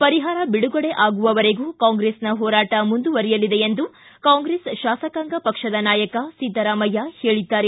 ಪರಿಹಾರ ಪಿಡುಗಡೆ ಆಗುವವರೆಗೂ ಕಾಂಗ್ರೆಸ್ನ ಹೋರಾಟ ಮುಂದುವರಿಯಲಿದೆ ಎಂದು ಕಾಂಗ್ರೆಸ್ ಶಾಸಕಾಂಗ ಪಕ್ಷದ ನಾಯಕ ಸಿದ್ದರಾಮಯ್ಯ ಹೇಳಿದ್ದಾರೆ